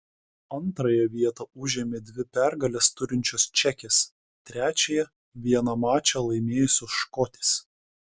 antrąją vietą užėmė dvi pergales turinčios čekės trečiąją vieną mačą laimėjusios škotės